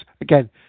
again